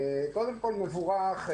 קודם כל מבורך,